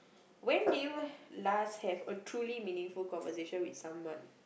when did you last have a truly meaningful conversation with someone